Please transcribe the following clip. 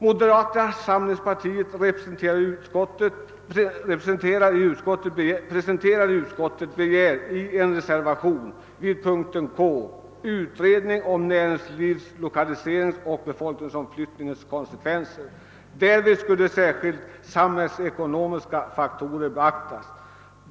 Moderata samlingspartiets representanter i utskottet begär i en reservation vid punkten K utredning om näringslivslokaliseringens och = befolkningsomflyttningens konsekvenser. Därvid skulle särskilt samhällsekonomiska faktorer beaktas.